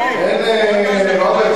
רוברט,